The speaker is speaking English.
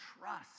trust